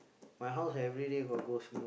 my house everyday got ghost movie